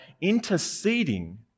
interceding